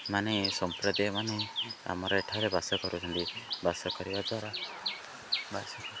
ମାନେ ସମ୍ପ୍ରଦାୟ ମାନେ ଆମର ଏଠାରେ ବାସ କରୁଛନ୍ତି ବାସ କରିବା ଦ୍ୱାରା ବାସ